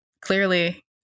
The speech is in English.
clearly